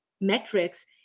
metrics